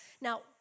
Now